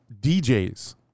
DJs